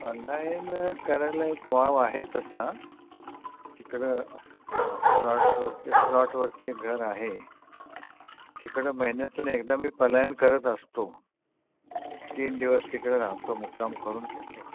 पलायन करायला एक वाव आहे तसा तिकडं प्लॉट्सवरती प्लॉटवरती एक घर आहे तिकडं महिन्यातून एकदा मी पलायन करत असतो तीन दिवस तिकडं राहतो मुक्काम करून घेतो